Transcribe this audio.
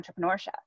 entrepreneurship